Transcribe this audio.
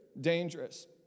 dangerous